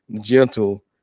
gentle